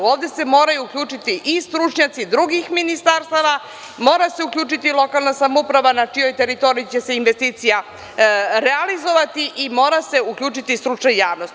Ovde se moraju uključiti i stručnjaci drugih ministarstava, mora se uključiti lokalna samouprava na čijoj teritoriji će se investicija realizovati i mora se uključiti stručna javnost.